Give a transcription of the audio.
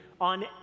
on